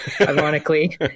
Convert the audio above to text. Ironically